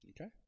Okay